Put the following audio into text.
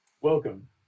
Welcome